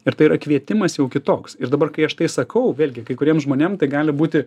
ir tai yra kvietimas jau kitoks ir dabar kai aš tai sakau vėlgi kai kuriems žmonėms tai gali būti